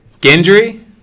Gendry